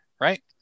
right